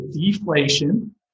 deflation